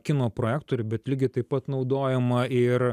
kino projektorių bet lygiai taip pat naudojama ir